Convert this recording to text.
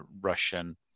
Russian